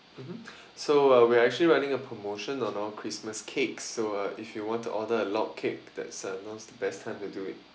mmhmm so we are actually running a promotion on our christmas cake so uh if you want to order a log cake that's now's the best time to do it